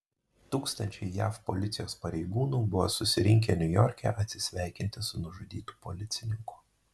tūkstančiai jav policijos pareigūnų buvo susirinkę niujorke atsisveikinti su nužudytu policininku